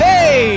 Hey